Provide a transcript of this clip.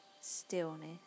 stillness